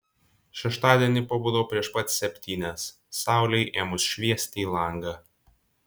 šeštadienį pabudau prieš pat septynias saulei ėmus šviesti į langą